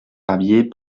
barbier